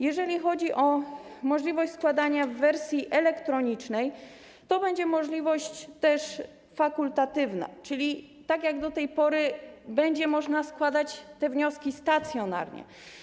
Jeżeli chodzi o możliwość składania wniosków w wersji elektronicznej, to będzie też możliwość fakultatywna, czyli tak jak to było do tej pory, będzie można składać te wnioski stacjonarnie.